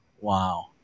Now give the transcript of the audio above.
Wow